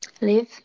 live